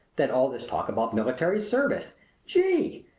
then all this talk about military service gee!